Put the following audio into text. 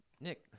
Nick